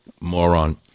Moron